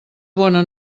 bona